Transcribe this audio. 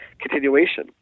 continuation